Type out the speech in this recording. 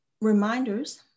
reminders